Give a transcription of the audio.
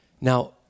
Now